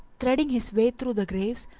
threading his way through the graves,